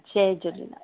Jay Jhulelal